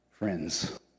Friends